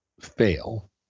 fail